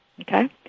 Okay